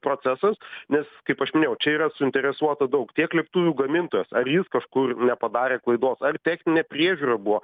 procesas nes kaip aš minėjau čia yra suinteresuota daug tiek lėktuvių gamintojas ar jis kažkur nepadarė klaidos ar techninė priežiūra buvo